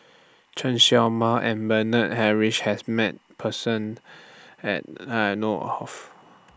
Chen Show Mao and Bernard Harrison has Met Person At I know of